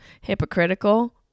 hypocritical